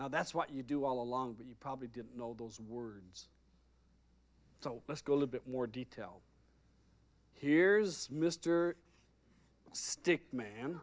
now that's what you do all along but you probably didn't know those words so let's go to a bit more detail here's mr stick man